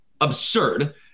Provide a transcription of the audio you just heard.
Absurd